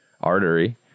artery